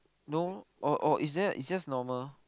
no or or is there is just normal